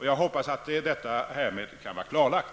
Jag hoppas att detta här med kan vara klarlagt.